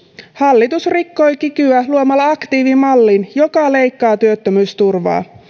hallitus rikkoi kikyä luomalla aktiivimallin joka leikkaa työttömyysturvaa